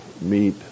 Meet